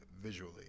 visually